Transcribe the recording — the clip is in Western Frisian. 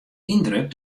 yndruk